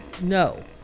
No